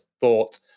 thought